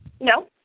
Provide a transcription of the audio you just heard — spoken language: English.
No